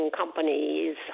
companies